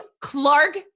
Clark